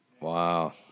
Wow